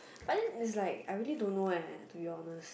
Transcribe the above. but then it's like I really don't know eh to be honest